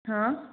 ହଁ